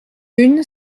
une